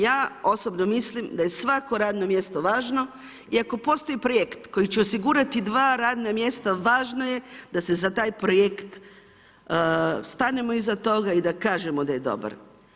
Ja osobno mislim da je svako radno mjesto važno i ako postoji projekt koji će osigurati dva radna mjesta važno je da se za taj projekt stanemo iza toga i da kažemo da je dobar.